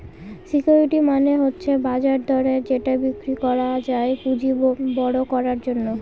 security মানে হচ্ছে বাজার দরে যেটা বিক্রি করা যায় পুঁজি বড়ো করার জন্য